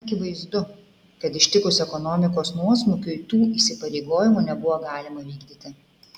akivaizdu kad ištikus ekonomikos nuosmukiui tų įsipareigojimų nebuvo galima vykdyti